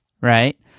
right